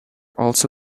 also